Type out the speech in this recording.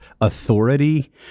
authority